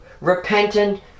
repentant